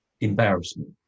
embarrassment